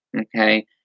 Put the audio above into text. Okay